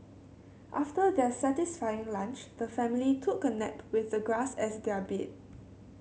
after their satisfying lunch the family took a nap with the grass as their bed